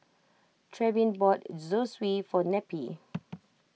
Trevin bought Zosui for Neppie